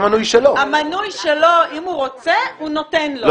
המנוי שלו, אם הוא רוצה הוא נותן לו.